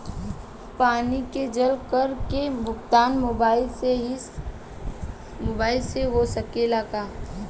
पानी के जल कर के भुगतान मोबाइल से हो सकेला का?